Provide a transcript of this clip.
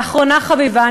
ואחרונה חביבה,